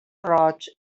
roig